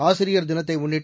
ஆசிரியர் தினத்தை முன்னிட்டு